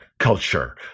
Culture